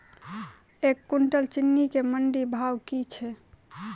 एक कुनटल चीनी केँ मंडी भाउ की छै?